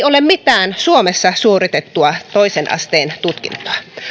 ole mitään suomessa suoritettua toisen asteen tutkintoa